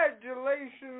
Congratulations